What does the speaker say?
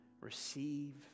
Receive